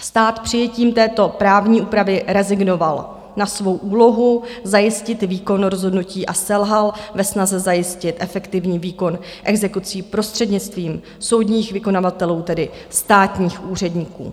Stát přijetím této právní úpravy rezignoval na svou úlohu zajistit výkon rozhodnutí a selhal ve snaze zajistit efektivní výkon exekucí prostřednictvím soudních vykonavatelů, tedy státních úředníků.